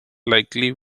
likely